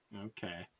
Okay